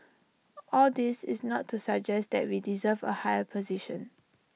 all this is not to suggest that we deserve A higher position